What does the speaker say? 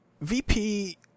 VP